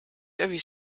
erwies